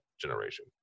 generation